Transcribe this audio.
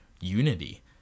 unity